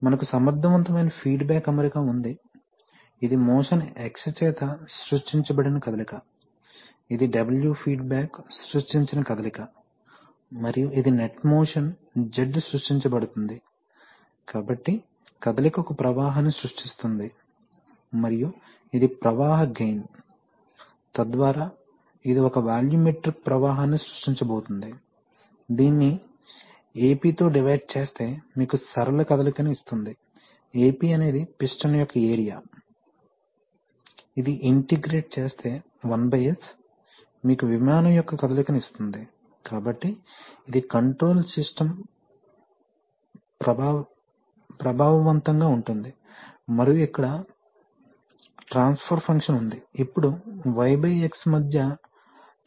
మనకు సమర్థవంతమైన ఫీడ్బ్యాక్ అమరిక ఉంది ఇది మోషన్ X చేత సృష్టించబడిన కదలిక ఇది W ఫీడ్బ్యాక్ సృష్టించిన కదలిక మరియు ఇది నెట్ మోషన్ Z సృష్టించబడుతుంది కాబట్టి కదలిక ఒక ప్రవాహాన్ని సృష్టిస్తుంది మరియు ఇది ప్రవాహ గెయిన్ తద్వారా ఇది ఒక వాల్యూమెట్రిక్ ప్రవాహాన్ని సృష్టించబోతోంది దీనిని AP తో డివైడ్ చేస్తే మీకు సరళ కదలికను ఇస్తుంది AP అనేది పిస్టన్ యొక్క ఏరియా ఇది ఇంటిగ్రేట్ చేస్తే 1s మీకు విమానం యొక్క కదలికను ఇస్తుంది కాబట్టి ఇది కంట్రోల్ సిస్టం ప్రభావవంతంగా ఉంటుంది మరియు ఇక్కడ ట్రాన్స్ఫర్ ఫంక్షన్ ఉంది ఇప్పుడు YX మధ్య ట్రాన్స్ఫర్మేషన్ స్థిరంగా ఉందని మీరు చూడవచ్చు